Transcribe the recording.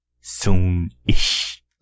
Soon-ish